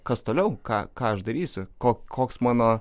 kas toliau ką ką aš darysiu ko koks mano